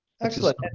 Excellent